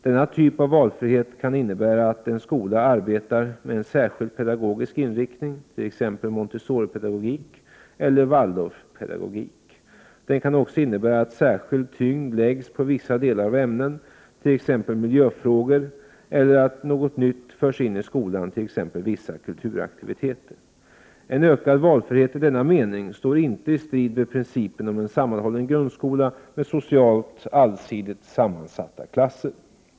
Denna typ av valfrihet kan innebära att en skola arbetar med en särskild pedagogisk inriktning, t.ex. montessoripedagogik eller waldorfpedagogik. Den kan också innebära att särskild tyngd läggs på vissa delar av ämnen, t.ex. miljöfrågor, eller att något nytt förs in i skolan, t.ex. vissa kulturaktiviteter. En ökad valfrihet i denna mening står inte i strid med principen om en sammanhållen grundskola med socialt allsidigt sammansatta klasser.